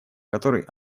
который